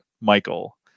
Michael